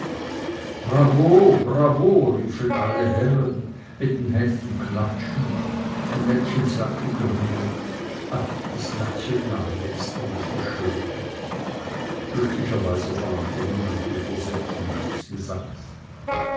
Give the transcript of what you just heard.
bravo bravo riefen alle herren mit den händen klatschend und nettchen sagte gerührt ach das nationale ist immer so schön glücklicherweise verlangte niemand die übersetzung dieses gesanges